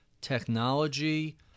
Technology